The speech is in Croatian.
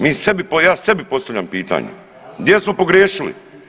Mi sebi, ja sebi postavljam pitanje gdje smo pogriješili?